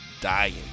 Dying